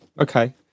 okay